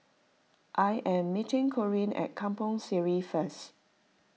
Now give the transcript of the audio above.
I am meeting Corinne at Kampong Sireh first